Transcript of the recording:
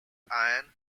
iron